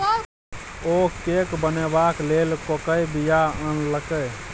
ओ cake बनेबाक लेल कोकोक बीया आनलकै